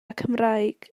cymraeg